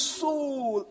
soul